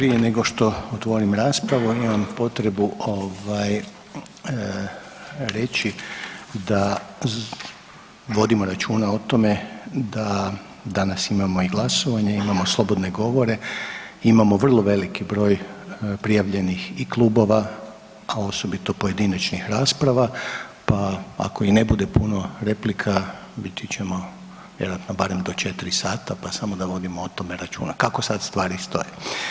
Prije nego što otvorim raspravu imam potrebu ovaj reći da vodimo računa o tome da danas imamo i glasovanje, imamo slobodne govore, imamo vrlo veliki broj prijavljenih i klubova, a osobito pojedinačnih rasprava pa ako i ne bude puno replika biti ćemo vjerojatno barem do 4 sata pa samo da vodimo o tome računa kako sad stvari stoje.